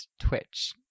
Twitch